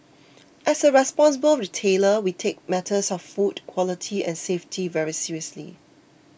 as a responsible retailer we take matters of food quality and safety very seriously